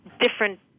different